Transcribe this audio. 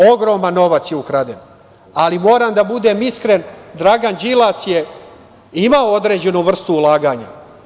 Ogroman novac je ukraden, ali moram da budem iskren, Dragan Đilas je imao određenu vrstu ulaganja.